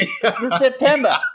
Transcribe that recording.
September